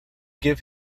give